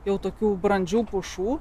jau tokių brandžių pušų